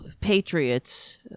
patriots